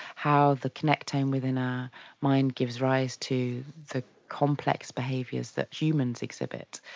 how the connectome within our mind gives rise to the complex behaviours that humans exhibit.